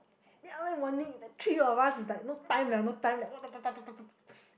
then after that Wan-Ning and the three of us is like no time liao no time liao what da da da da da